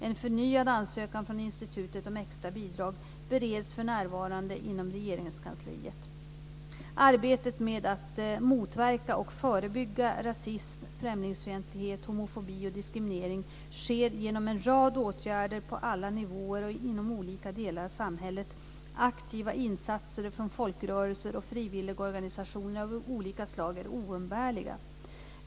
En förnyad ansökan från institutet om extra bidrag bereds för närvarande inom Regeringskansliet. Arbetet med att motverka och förebygga rasism, främlingsfientlighet, homofobi och diskriminering sker genom en rad åtgärder på alla nivåer och inom olika delar av samhället. Aktiva insatser från folkrörelser och frivilligorganisationer av olika slag är oumbärliga.